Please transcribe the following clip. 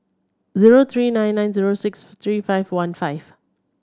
zero three nine nine zero six three five one five